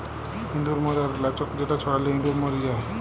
ইঁদুর ম্যরর লাচ্ক যেটা ছড়ালে ইঁদুর ম্যর যায়